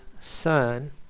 son